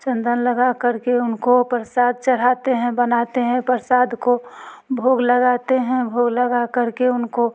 चंदन लगा कर के उनको प्रसाद चढ़ाते हैं बनाते हैं प्रसाद को भोग लगाते हैं भोग लगा कर के उनको